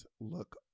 look